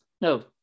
no